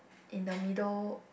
in the middle